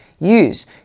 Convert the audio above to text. use